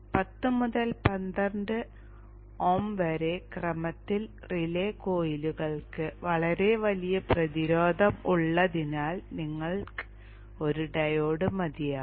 10 മുതൽ 12 Ω വരെ ക്രമത്തിൽ റിലേ കോയിലുകൾക്ക് വളരെ വലിയ പ്രതിരോധം ഉള്ളതിനാൽ നിങ്ങൾക്ക് ഒരു ഡയോഡ് മതിയാകും